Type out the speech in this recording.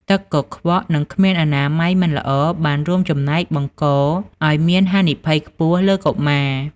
ទឹកកង្វក់ និងគ្មានអនាម័យមិនល្អបានរួមចំណែកបង្កឱ្យមានហានិភ័យខ្ពស់លើកុមារ។